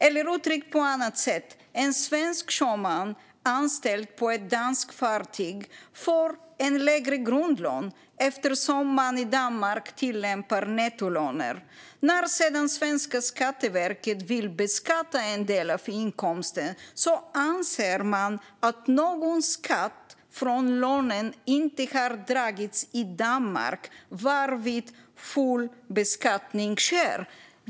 Jag ska uttrycka det på ett annat sätt: En svensk sjöman som är anställd på ett danskt fartyg får en lägre grundlön, eftersom man i Danmark tillämpar nettolöner. När sedan svenska Skatteverket vill beskatta en del av inkomsten anser de att det inte har dragits någon skatt från lönen i Danmark, varvid full beskattning sker.